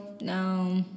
No